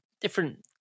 different